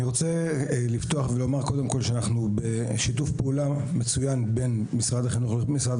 אני רוצה לפתוח ולומר שאנחנו בשיתוף פעולה מצוין בין משרד החינוך ומשרד